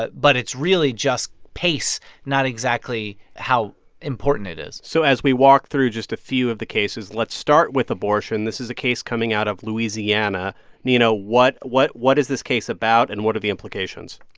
but but it's really just pace not exactly how important it is so as we walk through just a few of the cases, let's start with abortion. this is a case coming out of louisiana nina, what what is this case about? and what are the implications?